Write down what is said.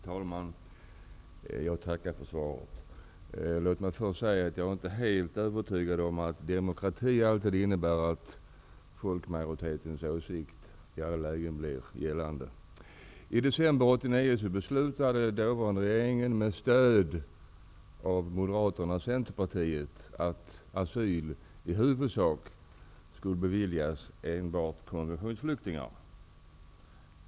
Herr talman! Jag tackar för svaret. Låt mig först säga att jag inte är helt övertygad om att demokrati alltid innebär att folkmajoritetens åsikt i alla ärenden blir gällande. I december 1989 beslutade dåvarande regeringen, med stöd av Moderaterna och Centerpartiet, att asyl i huvudsak skulle beviljas enbart konventionsflyktingar.